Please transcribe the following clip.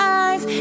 eyes